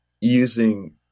using